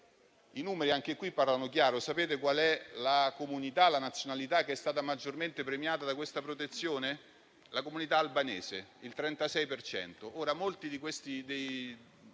i numeri anche qui parlano chiaro: sapete qual è la nazionalità che è stata maggiormente premiata da questa protezione? La comunità albanese, per il 36